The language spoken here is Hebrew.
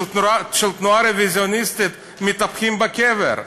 התנועה הרוויזיוניסטית מתהפכים בקבר.